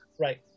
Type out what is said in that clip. Right